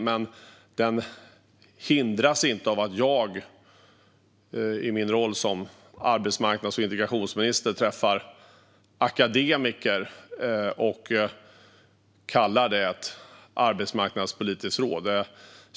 Men den hindras inte av att jag i min roll som arbetsmarknads och integrationsminister träffar akademiker och kallar det ett arbetsmarknadspolitiskt råd.